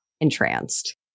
entranced